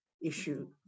issue